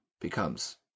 becomes